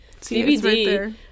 CBD